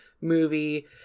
movie